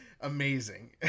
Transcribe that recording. Amazing